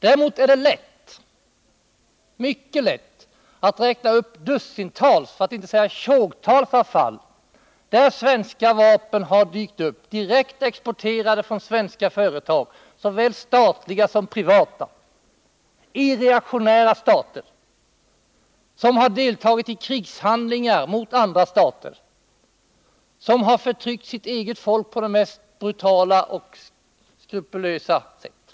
Däremot är det mycket lätt att räkna upp dussintalet — för att inte säga tjogtalet — fall där svenska vapen direkt exporterade från svenska företag, såväl statliga som privata, har dykt upp i reaktionära stater som har deltagit i krigshandlingar mot andra stater eller, som har förtryckt sitt eget folk på det mest brutala och mest skrupellösa sätt.